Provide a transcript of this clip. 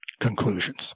conclusions